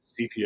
CPS